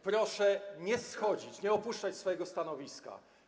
Proszę nie schodzić, nie opuszczać swojego stanowiska.